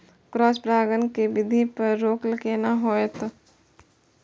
Cross परागण के वृद्धि पर रोक केना होयत?